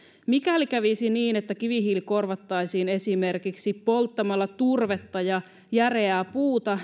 mikäli kävisi niin että kivihiili korvattaisiin esimerkiksi polttamalla turvetta ja järeää puuta